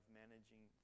managing